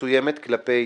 מסוימת כלפי